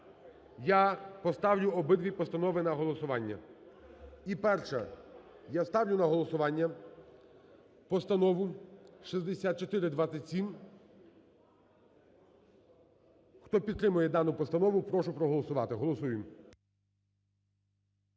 я поставлю обидві постанови на голосування. І першою я ставлю на голосування Постанову 6427. Хто підтримує дану постанову, прошу проголосувати, голосуємо.